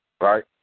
right